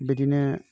बिदिनो